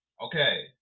Okay